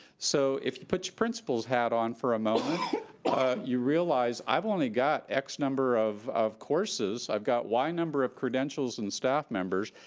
so if you put your principal's hat on for a moment you realize i've only got x-number of of courses, i've got y-number of credentials and staff members,